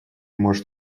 может